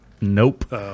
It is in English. Nope